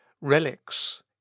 Relics